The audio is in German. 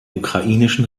ukrainischen